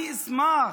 אני אשמח.